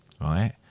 right